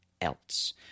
else